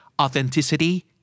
authenticity